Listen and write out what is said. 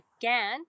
again